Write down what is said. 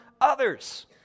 others